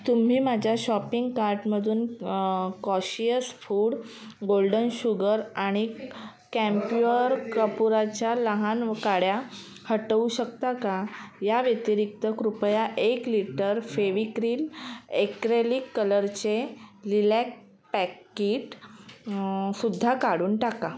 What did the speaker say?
तुम्ही माझ्या शॉपिंग कार्टमधून कॉशियस फूड गोल्डन शुगर आणि कॅम्प्युअर कापुराच्या लहान काड्या हटवू शकता का या व्यतिरिक्त कृपया एक लिटर फेव्हिक्रील एक्रेलिक कलरचे लिलॅक पॅकिट सुद्धा काढून टाका